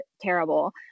terrible